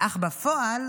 אך בפועל